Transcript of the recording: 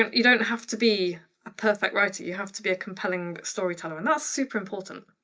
and you don't have to be a perfect writer, you have to be a compelling storyteller. and that's super-important.